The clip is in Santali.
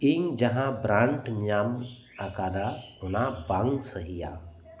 ᱤᱧ ᱡᱟᱦᱟᱸ ᱵᱨᱟᱱᱴ ᱧᱟᱢ ᱟᱠᱟᱫᱟ ᱚᱱᱟ ᱵᱟᱝ ᱥᱟᱹᱦᱤᱭᱟ